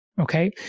okay